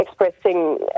expressing